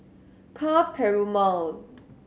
Ka Perumal